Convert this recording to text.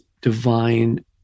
divine